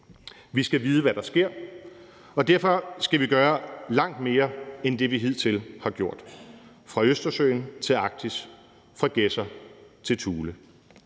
Vi skal vide, hvad der sker, og derfor skal vi gøre langt mere end det, vi hidtil har gjort, fra Østersøen til Arktis, fra Gedser til Thule.